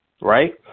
Right